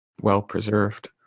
well-preserved